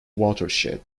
watershed